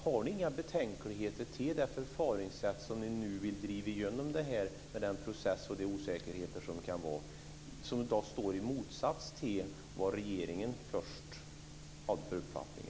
Har ni inga betänkligheter till det förfaringssätt som ni nu driver igenom i denna process med de osäkerheter som kan finnas, som står i motsats till de vad regeringen har för uppfattning?